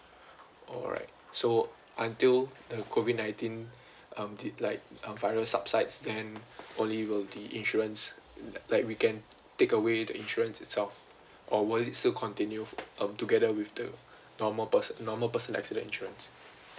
alright so until the COVID nineteen um like um virus subsides then only will the insurance like we can take away the insurance itself or will it still continue um together with the normal personal accident insurance